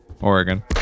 Oregon